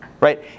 right